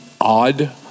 odd